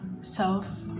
self